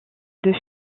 deux